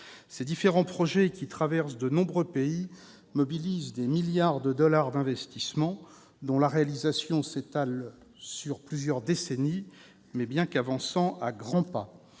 Ces différents projets, qui traversent de nombreux pays, mobilisent des milliards de dollars d'investissements dont la réalisation s'étale sur plusieurs décennies, bien qu'avançant à grands pas.